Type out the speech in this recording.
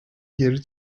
geri